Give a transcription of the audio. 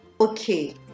Okay